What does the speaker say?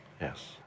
Yes